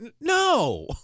No